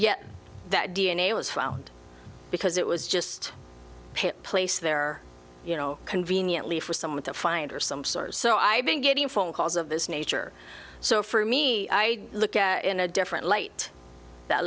yet that d n a was found because it was just a place there you know conveniently for someone to find or some source so i've been getting phone calls of this nature so for me i look at it in a different light that